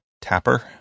Tapper